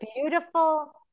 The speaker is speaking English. beautiful